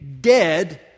dead